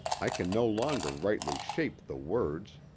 i can no longer rightly shape the words.